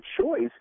choice